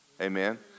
Amen